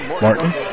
Martin